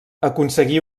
aconseguí